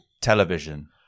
television